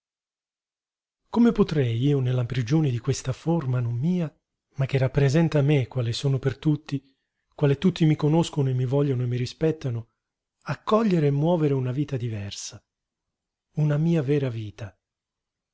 come potrei io nella prigione di questa forma non mia ma che rappresenta me quale sono per tutti quale tutti mi conoscono e mi vogliono e mi rispettano accogliere e muovere una vita diversa una mia vera vita